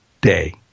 day